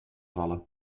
vallen